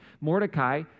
Mordecai